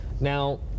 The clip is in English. now